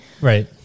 Right